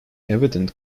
evident